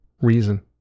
reason